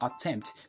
attempt